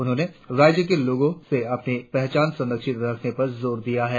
उन्होंने राज्य के लोगो से अपनी पहचान संरंक्षित रखने पर जोर दिया है